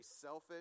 selfish